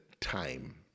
time